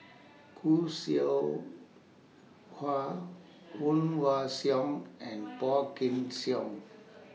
Khoo Seow Hwa Woon Wah Siang and Phua Kin Siang